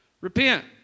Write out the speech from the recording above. Repent